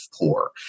poor